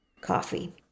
coffee